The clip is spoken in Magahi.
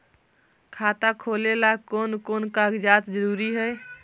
खाता खोलें ला कोन कोन कागजात जरूरी है?